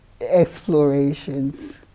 explorations